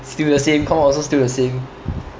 still the same come out also still the same